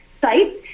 sites